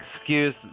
excuse